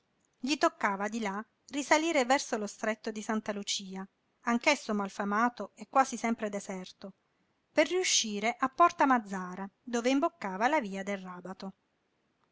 gli toccava di là risalire verso lo stretto di santa lucia anch'esso malfamato e quasi sempre deserto per riuscire a porta mazzara dove imboccava la via del ràbato